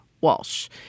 Walsh